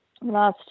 last